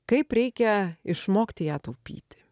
kaip reikia išmokti ją taupyti